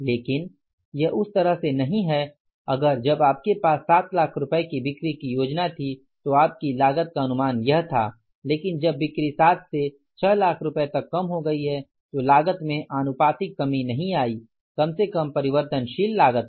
लेकिन यह उस तरह से नहीं है अगर जब आपके पास 7 लाख रुपये की बिक्री की योजना थी तो आपकी लागत का अनुमान यह था लेकिन जब बिक्री 7 से 6 लाख तक कम हो गई तो लागत में आनुपातिक कमी नही आई कम से कम परिवर्तनशील लागत में